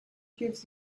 gives